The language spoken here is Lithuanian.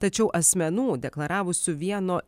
tačiau asmenų deklaravusių vieno